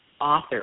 author